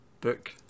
book